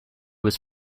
his